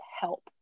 help